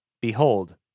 Behold